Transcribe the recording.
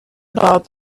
about